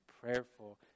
prayerful